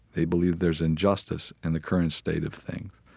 they believe there's injustice in the current state of things,